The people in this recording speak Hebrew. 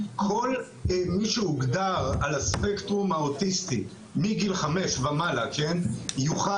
כל מי שהוגדר על הספקטרום האוטיסטי מגיל 5 ומעלה,